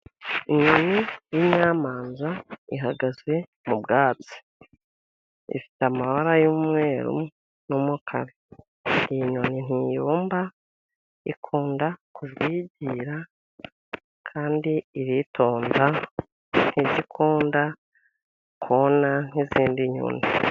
Inyoni y'inyamanza ihagaze mu bwatsi. Ifite amabara y'umweru n'umukara. Iyi nyoni ntiyomba ikunda kujwigira kandi iritonda. Ntikunda kona nk'izindi nyoni.